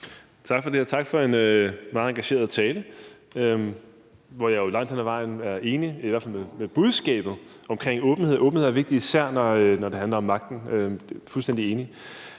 Tak for det, og tak for en meget engageret tale, hvor jeg jo langt hen ad vejen er enig i budskabet omkring åbenhed. Åbenhed er vigtig, især når det handler om magten; jeg er fuldstændig enig.